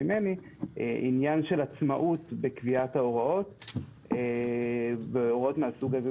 ממני עניין של עצמאות בקביעת ההוראות והוראות מהסוג הזה,